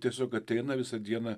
tiesiog ateina visą dieną